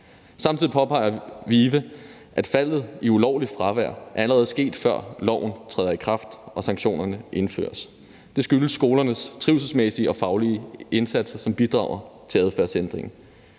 Samtidig påpeger VIVE, at faldet i det ulovlige fravær allerede er sket, før loven træder i kraft og sanktionerne indføres. Det skyldes skolernes trivselsmæssige og faglige indsatser, som bidrager til adfærdsændringen.